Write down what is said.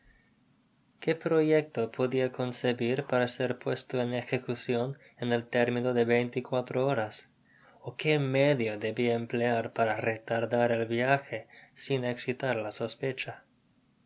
qué proyecto podia concebir para ser puesto en ejecucion en el término de veinte y cuatro horas ó qué medio debia emplear para retardar el viaje sin exitar la sospecha